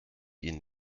ihnen